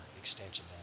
extension